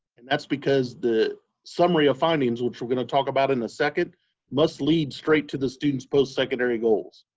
and that's because the summary of findings, which we're going to talk about in a second must lead straight to the student's postsecondary goals.